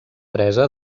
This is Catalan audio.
presa